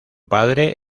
padre